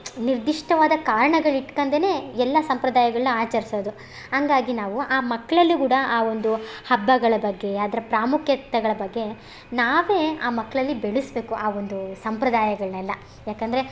ನಿರ್ದಿಷ್ಟವಾದ ಕಾರಣಗಳ್ ಇಟ್ಕೊಂಡೇನೆ ಎಲ್ಲ ಸಂಪ್ರದಾಯಗಳನ್ನ ಆಚರಿಸೋದು ಹಾಗಾಗಿ ನಾವು ಆ ಮಕ್ಕಳಲ್ಲಿ ಕೂಡಾ ಆ ಒಂದು ಹಬ್ಬಗಳ ಬಗ್ಗೆ ಅದ್ರ ಪ್ರಾಮುಖ್ಯತೆಗಳ ಬಗ್ಗೆ ನಾವೇ ಆ ಮಕ್ಕಳಲ್ಲಿ ಬೆಳೆಸಬೇಕು ಆ ಒಂದು ಸಂಪ್ರದಾಯಗಳನ್ನೆಲ್ಲ ಯಾಕಂದರೆ